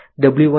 W1 T1